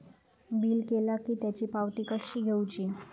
Bill केला की त्याची पावती कशी घेऊची?